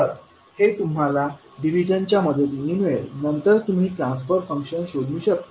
तर हे तुम्हाला करंट डिव्हिजनच्या मदतीने मिळेल नंतर तुम्ही ट्रान्सफर फंक्शन शोधू शकता